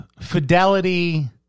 fidelity